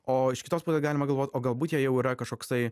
o iš kitos pusės galima galvot o galbūt jie jau yra kažkoksai